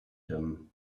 him